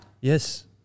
Yes